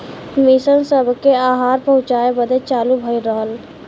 mission सबके आहार पहुचाए बदे चालू भइल रहल